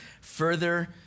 further